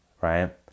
right